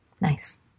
Nice